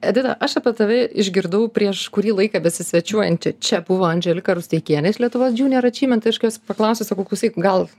edita aš apie tave išgirdau prieš kurį laiką besisvečiuojančią čia buvo andželika rusteikienė iš lietuvos junior achievement aš jos paklausiau sakau klausyk gal